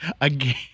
again